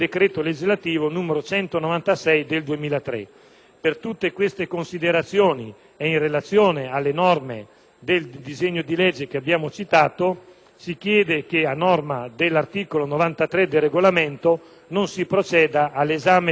Per tutte queste considerazioni e in relazione alle norme del disegno di legge che abbiamo citato, si chiede che, a norma dell'articolo 93 del Regolamento, non si proceda all'esame del disegno di legge n. 733.